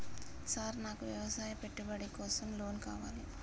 Sir నాకు వ్యవసాయ పెట్టుబడి కోసం లోన్ కావాలి?